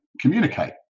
communicate